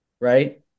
Right